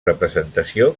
representació